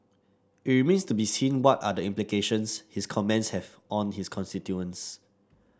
it remains to be seen what are the implications his comments have on his constituents